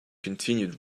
continued